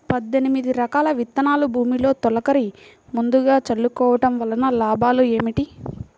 పద్దెనిమిది రకాల విత్తనాలు భూమిలో తొలకరి ముందుగా చల్లుకోవటం వలన లాభాలు ఏమిటి?